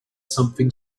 something